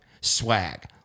swag